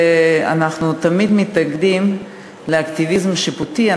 אנחנו תמיד מתנגדים לאקטיביזם שיפוטי,